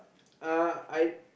uh I